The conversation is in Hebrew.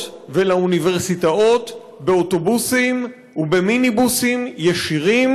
ולאוניברסיטאות באוטובוסים ובמיניבוסים ישירים,